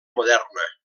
moderna